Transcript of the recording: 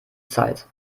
zeit